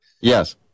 Yes